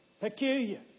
Peculiar